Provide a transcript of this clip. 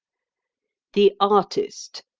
the artist,